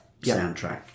soundtrack